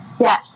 Yes